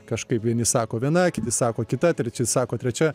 kažkaip vieni sako viena kiti sako kita treti sako trečia